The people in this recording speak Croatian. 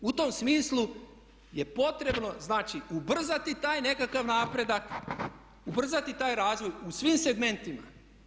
U tom smislu je potrebno znači ubrzati taj nekakav napredak, ubrzati taj razvoj u svim segmentima.